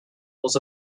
was